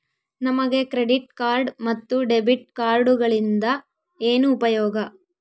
ನಮಗೆ credit card ಮತ್ತು debit ಕಾರ್ಡುಗಳಿಂದ ಏನು ಉಪಯೋಗ?